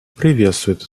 приветствует